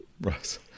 Right